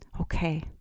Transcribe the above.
Okay